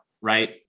right